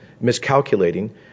miscalculating